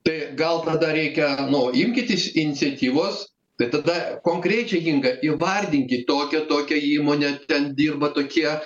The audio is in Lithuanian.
tai gal tada reikia nu imkitės iniciatyvos tai tada konkrečiai inga įvardinkit tokią tokią įmonę ten dirba tokie